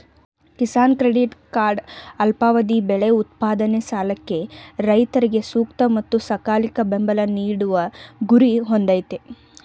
Kisan credit card ಅಲ್ಪಾವಧಿ ಬೆಳೆ ಉತ್ಪಾದನೆ ಸಾಲಕ್ಕೆ ರೈತರಿಗೆ ಸೂಕ್ತ ಮತ್ತು ಸಕಾಲಿಕ ಬೆಂಬಲ ನೀಡುವ ಗುರಿ ಹೊಂದಯ್ತೆ